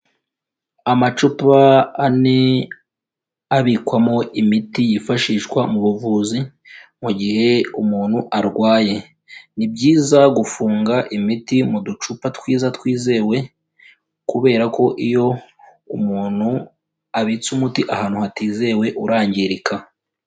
Amacupa ane abikwamo imiti yifashishwa mu buvuzi mu gihe umuntu arwaye, ni byiza gufunga imiti mu ducupa twiza twizewe kubera ko iyo umuntu abitse umuti ahantu hatizewe urangirika.